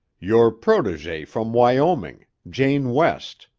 your protegee from wyoming jane west.